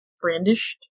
Brandished